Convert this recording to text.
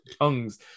tongues